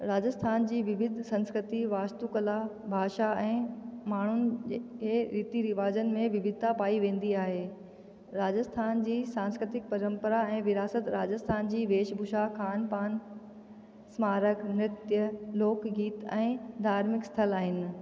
राजस्थान जी विविध संस्कृती वास्तु कला भाषा ऐं माण्हुनि जे ए रिवाजनि में विविधता पाई वेंदी आहे राजस्थान जी सांस्कृतिक परम्परा ऐं विरासत राजस्थान जी वेश भूषा खान पान स्मारक नृत्य लोक गीत ऐं धार्मिक स्थल आहिनि